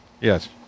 Yes